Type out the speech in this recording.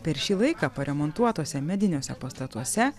per šį laiką paremontuotuose mediniuose pastatuose